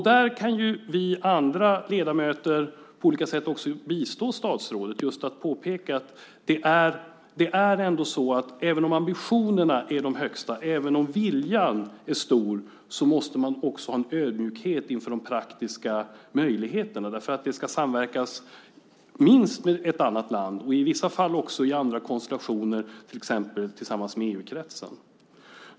Där kan ju vi andra ledamöter också på olika sätt bistå statsrådet genom att påpeka att även om ambitionerna är de högsta, även om viljan stor, måste man ha en ödmjukhet inför de praktiska möjligheterna. Det ska samverkas med minst ett annat land och vissa fall också i andra konstellationer, till exempel i EU-kretsen.